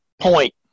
point